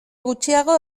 gutxiago